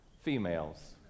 females